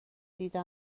دیده